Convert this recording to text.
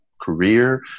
career